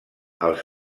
els